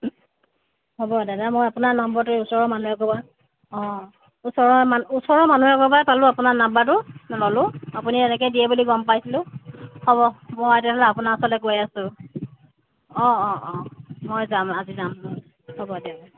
হ'ব দাদা আপোনাৰ নাম্বাৰটো এই ওচৰৰ মানুহ এঘৰ অঁ ওচৰৰ মানুহ ওচৰৰ মানুহ এঘৰ পৰা পালো আপোনাৰ নাম্বাৰটো ল'লো আপুনি এনেকে দিয়ে বুলি গম পাইছিলো হ'ব মই তেনেহ'লে আপোনাৰ ওচৰলে গৈ আছোঁ অঁ অঁ অঁ মই যাম আজি যাম হ'ব দিয়ক